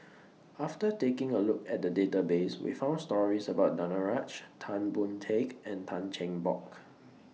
after taking A Look At The Database We found stories about Danaraj Tan Boon Teik and Tan Cheng Bock